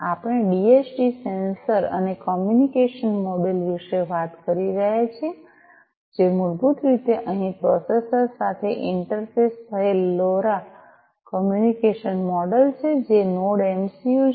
આપણે DHT sensor અને communication module વિશે વાત કરી રહ્યા છીએ જે મૂળભૂત રીતે અહીં પ્રોસેસર સાથે ઇન્ટરફેસ થયેલ લોરા કોમ્યુનિકેશન મોડલ છે જે નોડ એમસિયું છે